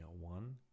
one